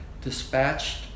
dispatched